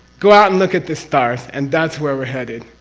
go out and look at the stars and that's where we're headed,